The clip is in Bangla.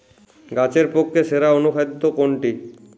গাছের পক্ষে সেরা অনুখাদ্য কোনটি?